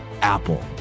Apple